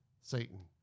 Satan